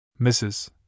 Mrs